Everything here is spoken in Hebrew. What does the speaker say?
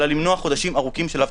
אלא למנוע חודשים ארוכים של אבטלה.